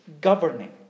governing